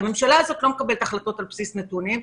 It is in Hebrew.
הממשלה הזאת לא מקבלת החלטות על בסיס נתונים.